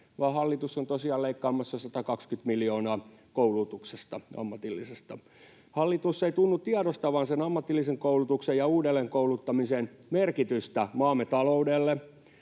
vaan hallitus on tosiaan leikkaamassa 120 miljoonaa ammatillisesta koulutuksesta. Hallitus ei tunnu tiedostavan ammatillisen koulutuksen ja uudelleenkouluttamisen merkitystä maamme taloudelle.